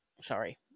Sorry